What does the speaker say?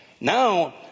Now